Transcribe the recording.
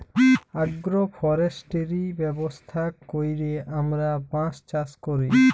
agro forestry ব্যবস্থা ক্যইরে আমরা বাঁশ চাষ ক্যরি